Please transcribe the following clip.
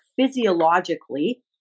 physiologically